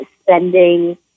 spending